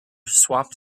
swapped